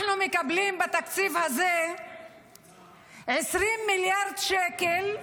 אנחנו מקבלים בתקציב הזה 20 מיליארד שקל,